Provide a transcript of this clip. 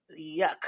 yuck